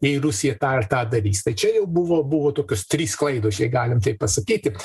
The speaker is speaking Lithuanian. jei rusija tą ir tą darys tai čia jau buvo buvo tokios trys klaidos jei galim taip pasakyti